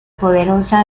poderosa